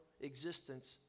existence